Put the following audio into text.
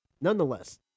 Nonetheless